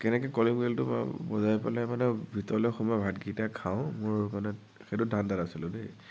কেনেকে কলিং বেলটো বজাই পেলাই মানে ভিতৰলে সোমাই ভাতকিটা খাওঁ মোৰ মানে সেইটো ধাণ্ডাত আছিলো দেই